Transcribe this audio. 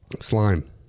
Slime